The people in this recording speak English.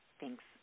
Thanks